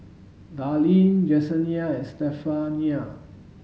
Darlene Jesenia and Stephania